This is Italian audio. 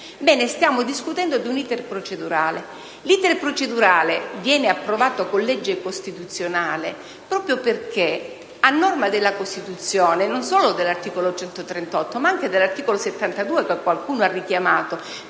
stiamo discutendo di un *iter* procedurale che viene approvato con legge costituzionale proprio perché, a norma della Costituzione, non solo dell'articolo 138, ma anche dell'articolo 72 che qualcuno ha richiamato,